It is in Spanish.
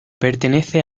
pertenece